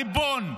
הריבון.